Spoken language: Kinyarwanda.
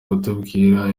kutubwira